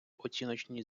оціночні